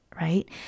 right